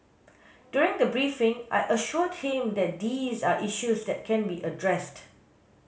during the briefing I assured him that these are issues that can be addressed